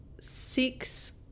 Six